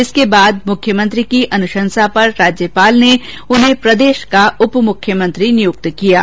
इसके बाद मुख्यमंत्री की अनुशंसा पर राज्यपाल ने उन्हें प्रदेश का उप मुख्यमंत्री नियुक्त किया है